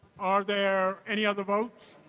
are there any other votes?